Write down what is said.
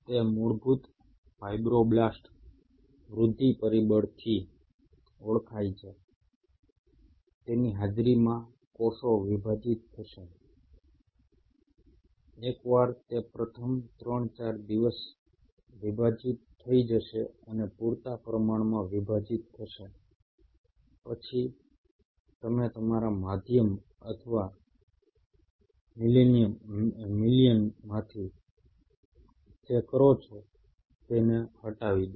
તે મૂળભૂત ફાઇબ્રોબ્લાસ્ટ વૃદ્ધિ પરિબળ થી ઓળખાય છે તેની હાજરીમાં કોષો વિભાજીત થશે એકવાર તે પ્રથમ 3 4 દિવસમાં વિભાજીત થઈ જશે અને પૂરતા પ્રમાણમાં વિભાજીત થશે પછી તમે તમારા માધ્યમ અથવા મિલિયનમાંથી જે કરો છો તેને હટાવી દો